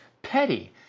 Petty